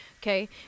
Okay